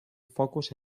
focus